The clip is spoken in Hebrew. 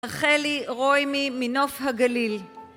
רחלי רוימי, מנוף הגליל